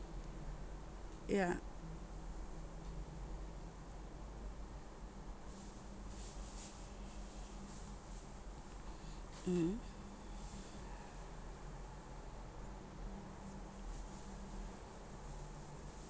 yeah mm